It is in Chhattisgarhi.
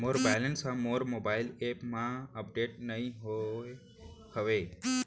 मोर बैलन्स हा मोर मोबाईल एप मा अपडेट नहीं होय हवे